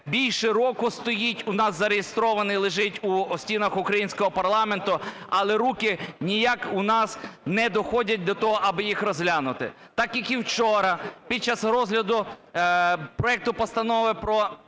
більше року стоїть, у нас зареєстрований, лежить у стінах українського парламенту. Але руки ніяк у нас не доходять до того, аби їх розглянути. Так, як і вчора, під час розгляду проекту Постанови про